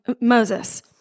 Moses